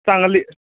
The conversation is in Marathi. चांगली